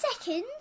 seconds